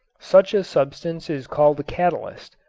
such a substance is called a catalyst.